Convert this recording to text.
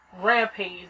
rampage